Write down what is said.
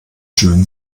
schön